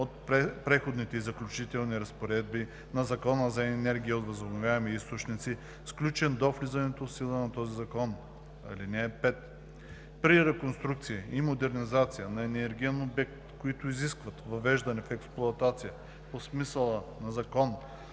от Преходните и заключителните разпоредби на Закона за енергията от възобновяеми източници, сключен до влизането в сила на този закон. (5) При реконструкция и модернизация на енергиен обект, които изискват въвеждане в експлоатация по смисъла на Закона